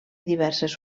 diverses